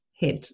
head